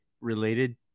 related